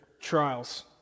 trials